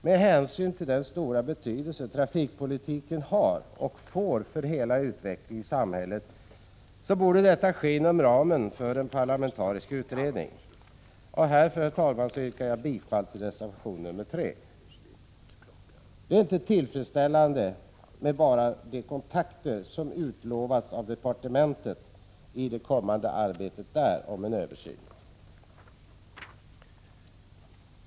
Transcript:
Med hänsyn till den stora betydelse trafikpolitiken har och kommer att få för hela utvecklingen i samhället borde en uppföljning av 1979 års trafikpolitiska beslut ske inom ramen för en parlamentarisk utredning. Det är inte tillfredsställande med enbart de kontakter som utlovats av departementet och som skall ske med de företrädare för departementet som skall arbeta med en kommande översyn.